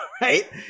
right